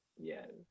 Yes